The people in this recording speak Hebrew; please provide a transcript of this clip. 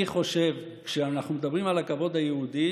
אני חושב שכשאנחנו מדברים על הכבוד היהודי